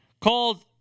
called